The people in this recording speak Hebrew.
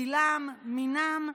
גילם, מינם,